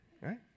right